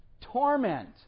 torment